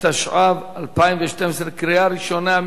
התשע"ב 2012, בקריאה ראשונה.